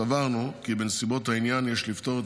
סברנו כי בנסיבות העניין יש לפתור את